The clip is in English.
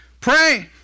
Pray